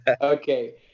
Okay